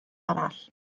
arall